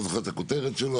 לא זוכר את הכותרת שלו,